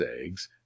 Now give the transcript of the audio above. eggs